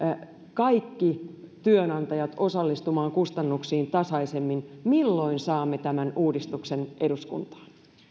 kaikki työnantajat osallistumaan kustannuksiin tasaisemmin milloin saamme tämän uudistuksen eduskuntaan